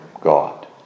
God